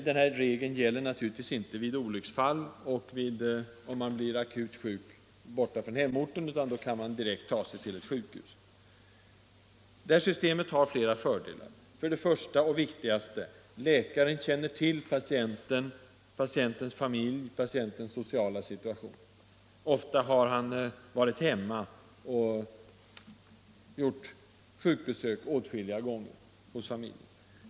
Denna regel gäller naturligtvis inte vid olycksfall eller om man blir akut sjuk utanför hemorten. Då kan man bege sig direkt till ett sjukhus. Detta system har flera fördelar. Den första och viktigaste är att läkaren känner till patienten, hans familj och hans sociala situation. Ofta har läkaren också varit hemma hos patienten på sjukbesök tidigare.